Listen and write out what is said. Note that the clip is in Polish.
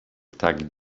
tak